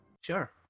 Sure